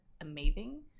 amazing